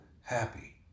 happy